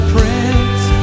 Prince